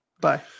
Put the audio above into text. Bye